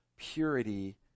purity